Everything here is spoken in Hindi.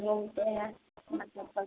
घूमते हैं मतलब कल